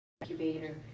incubator